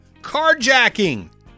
carjacking